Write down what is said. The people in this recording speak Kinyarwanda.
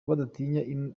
badatinya